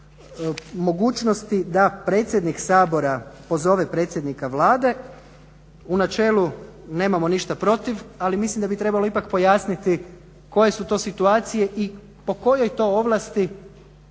u načelu nemamo ništa protiv ali mislim da bi trebalo ipak pojasniti koje su to situacije i po kojoj to ovlasti